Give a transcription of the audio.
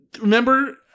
Remember